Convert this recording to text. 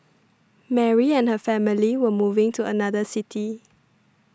Mary and her family were moving to another city